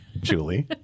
Julie